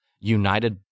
united